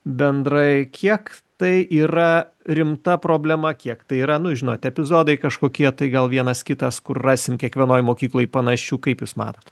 bendrai kiek tai yra rimta problema kiek tai yra nu žinot epizodai kažkokie tai gal vienas kitas kur rasim kiekvienoj mokykloj panašių kaip jūs matot